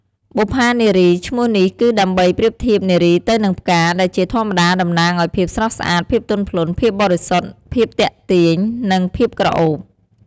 បុប្ផានារី ឈ្មោះនេះគឺដើម្បីប្រៀបធៀបនារីទៅនឹងផ្កា ដែលជាធម្មតាតំណាងឱ្យភាពស្រស់ស្អាត ភាពទន់ភ្លន់ ភាពបរិសុទ្ធ ភាពទាក់ទាញ និងភាពក្រអូប។